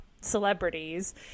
celebrities